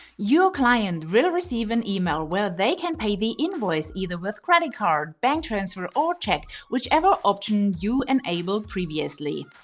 your client will receive an email where they can pay the invoice either with credit card, bank transfer or check whichever option you enabled previously.